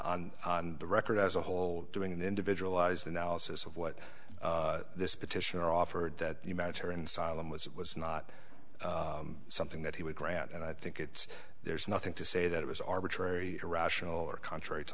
that on the record as a whole doing an individualized analysis of what this petitioner offered that humanitarian cylon was it was not something that he would grant and i think it's there's nothing to say that it was arbitrary irrational or contrary to